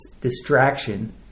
distraction